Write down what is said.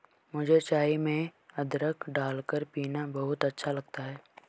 मुझे चाय में अदरक डालकर पीना बहुत अच्छा लगता है